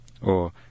or